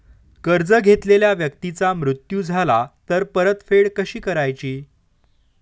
कर्ज घेतलेल्या व्यक्तीचा मृत्यू झाला तर परतफेड कशी करायची?